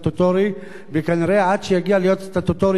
וכנראה עד שזה יגיע להיות סטטוטורי ייקח הרבה זמן.